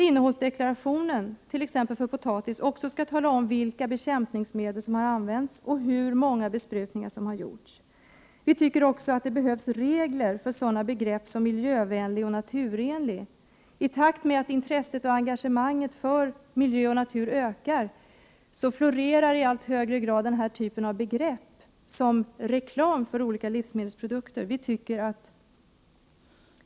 Innehållsdeklarationen för t.ex. potatis skall tala om vilka bekämpningsmedel som har använts och hur många besprutningar som har gjorts. Vi tycker också att det behövs regler för sådana begrepp som miljövänlighet och naturenlig. I takt med att intresset och engagemanget för miljö och natur ökar florerar i allt högre grad denna typ av begrepp som reklam för olika livsmedelsprodukter.